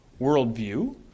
worldview